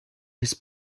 his